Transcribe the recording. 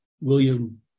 William